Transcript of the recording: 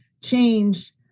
change